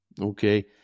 Okay